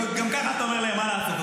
גם ככה אתה אומר להם מה לעשות,